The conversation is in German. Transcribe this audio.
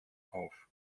auf